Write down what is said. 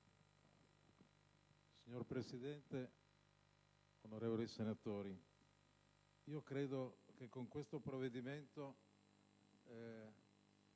Signor Presidente, onorevoli senatori, credo che con questo provvedimento